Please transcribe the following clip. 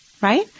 right